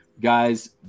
guys